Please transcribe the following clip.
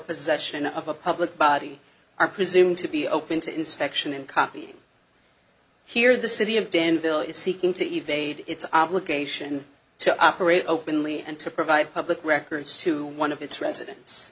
possession of a public body are presumed to be open to inspection and copy here the city of danville is seeking to evade its obligation to operate openly and to provide public records to one of its residen